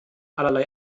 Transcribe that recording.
allerlei